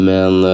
Men